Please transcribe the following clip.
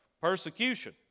persecution